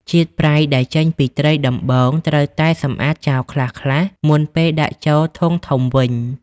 ជាតិប្រៃ ដែលចេញពីត្រីដំបូងត្រូវតែសម្អាតចោលខ្លះៗមុនពេលដាក់ចូលធុងធំវិញ។